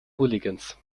hooligans